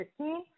15